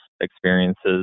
experiences